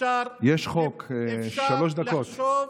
אפשר לחשוב